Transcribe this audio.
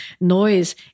noise